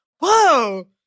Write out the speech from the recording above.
whoa